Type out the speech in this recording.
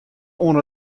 oan